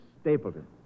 Stapleton